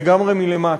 לגמרי מלמטה,